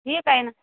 ठीक आहे ना